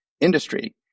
industry